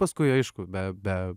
paskui aišku be be